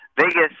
Vegas